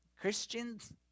Christians